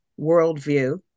worldview